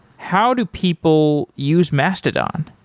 how do people use mastodon?